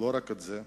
לא רק זה,